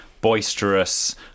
boisterous